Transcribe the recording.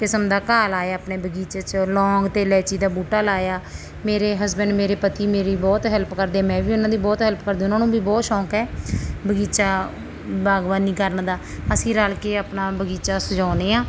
ਕਿਸਮ ਦਾ ਘਾਹ ਲਾਇਆ ਆਪਣੇ ਬਗੀਚੇ 'ਚ ਲੌਂਗ ਅਤੇ ਇਲਾਚੀ ਦਾ ਬੂਟਾ ਲਾਇਆ ਮੇਰੇ ਹਸਬੈਂਡ ਮੇਰੇ ਪਤੀ ਮੇਰੀ ਬਹੁਤ ਹੈਲਪ ਕਰਦੇ ਮੈਂ ਵੀ ਉਹਨਾਂ ਦੀ ਬਹੁਤ ਹੈਲਪ ਕਰਦੀ ਉਹਨਾਂ ਨੂੰ ਵੀ ਬਹੁਤ ਸ਼ੌਕ ਹੈ ਬਗੀਚਾ ਬਾਗਬਾਨੀ ਕਰਨ ਦਾ ਅਸੀਂ ਰਲ ਕੇ ਆਪਣਾ ਬਗੀਚਾ ਸਜਾਉਂਦੇ ਹਾਂ